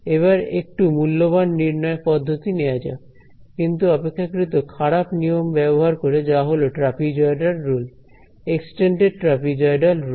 এবার একটু মূল্যবান নির্ণয় পদ্ধতি নেয়া যাক কিন্তু অপেক্ষাকৃত খারাপ নিয়ম ব্যবহার করে যা হলো trapezoidal rule extended trapezoidal rule